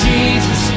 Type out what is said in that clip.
Jesus